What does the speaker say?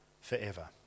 forever